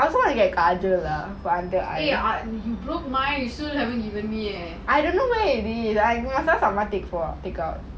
eh look mine is so bad already